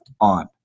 on